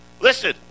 listen